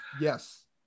Yes